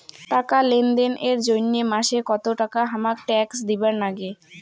টাকা লেনদেন এর জইন্যে মাসে কত টাকা হামাক ট্যাক্স দিবার নাগে?